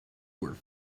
were